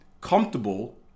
comfortable